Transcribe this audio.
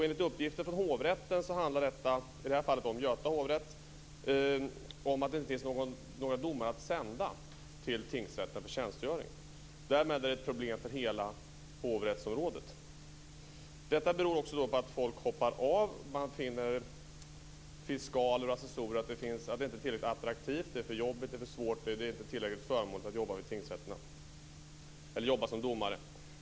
Enligt uppgifter från hovrätten - i det här fallet från Göta Hovrätt - beror det på att det inte finns några domare att tillgå för tjänstgöring vid hovrätten. Därmed är detta ett problem för hela hovrättsområdet. Det beror också på att folk hoppar av. Assessorer och fiskaler finner inte jobbet tillräckligt attraktivt. Det är för svårt och det är inte tillräckligt förmånligt att jobba som domare.